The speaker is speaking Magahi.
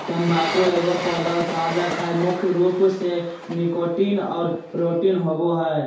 तम्बाकू एगो पौधा उत्पाद हइ मुख्य रूप से निकोटीन और प्रोटीन होबो हइ